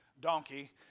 donkey